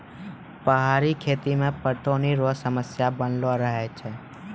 पहाड़ी खेती मे पटौनी रो समस्या बनलो रहै छै